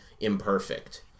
imperfect